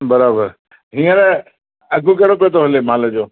बराबरु हींअर अघु कहिड़ो पियो थो हले माल जो